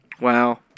wow